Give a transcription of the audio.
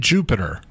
Jupiter